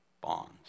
bonds